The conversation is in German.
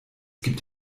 gibt